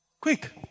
Quick